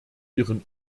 ihren